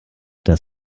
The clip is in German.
das